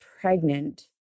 pregnant